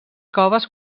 coves